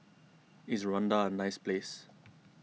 is Rwanda a nice place